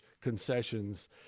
concessions